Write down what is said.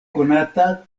konata